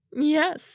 yes